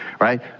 right